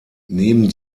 neben